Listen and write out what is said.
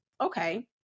okay